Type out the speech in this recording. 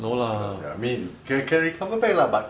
lost already lost already I mean can recover back lah but